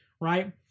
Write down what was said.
right